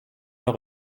leur